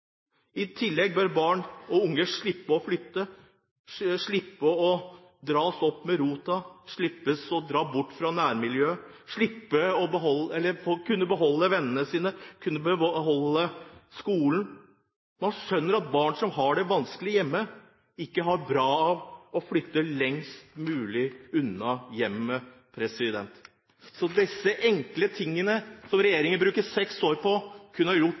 I tillegg bør barn og unge slippe å flytte, slippe å dras opp med roten, slippe å dra bort fra nærmiljøet, få beholde vennene sine og få beholde skolen. Man skjønner at barn som har det vanskelig hjemme, ikke har godt av å flytte lengst mulig unna hjemmet. Disse enkle tingene, som regjeringen har brukt seks år på, kunne vært gjort